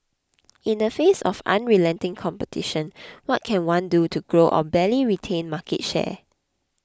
in the face of unrelenting competition what can one do to grow or barely retain market share